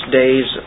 days